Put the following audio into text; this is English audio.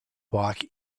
bike